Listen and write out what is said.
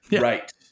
Right